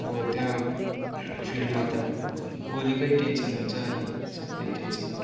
अब त्यहाँ फिल्डमा त गोलीकै टेन्सन हुन्छ अनि सबै टेन्सनहरू